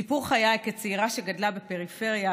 סיפור חיי: כצעירה שגדלה בפריפריה,